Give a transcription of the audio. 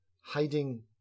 hiding